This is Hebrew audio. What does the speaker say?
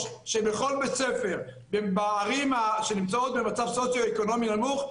בכל בית ספר בערים שנמצאות במצב הסוציו-אקונומי נמוך,